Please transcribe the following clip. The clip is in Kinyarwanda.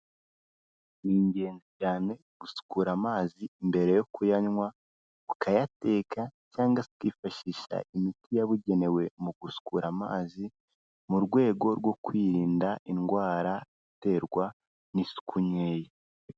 Ni ingenzi cyane gusukura amazi mbere yo kuyanywa, ukayateka cyangwa ukifashisha imiti yabugenewe mu gusukura amazi, mu rwego rwo kwirinda indwara iterwa n'isuku nkeya.